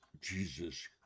Jesus